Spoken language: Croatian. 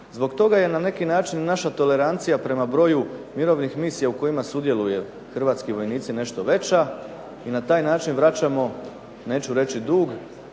Zbog toga je na neki način naša tolerancija prema broju mirovnih misija u kojima sudjeluju hrvatski vojnici nešto veća i na taj način vraćamo, neću reći dug,